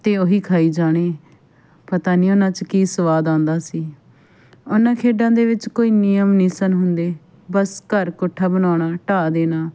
ਅਤੇ ਉਹੀ ਖਾਈ ਜਾਣੇ ਪਤਾ ਨਹੀਂ ਉਹਨਾਂ 'ਚ ਕੀ ਸਵਾਦ ਆਉਂਦਾ ਸੀ ਉਹਨਾਂ ਖੇਡਾਂ ਦੇ ਵਿੱਚ ਕੋਈ ਨਿਯਮ ਨਹੀਂ ਸਨ ਹੁੰਦੇ ਬਸ ਘਰ ਕੋਠਾ ਬਣਾਉਣਾ ਢਾਹ ਦੇਣਾ